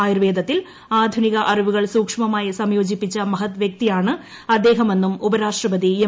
ആയുർവേദത്തിൽ ആധുനിക അറിവുകൾ സൂക്ഷ്മമായി സംയോജിപ്പിച്ച മഹത് വ്യക്തിയാണ് അദ്ദേഹമെന്നും ഉപരാഷ്ട്രപതി എം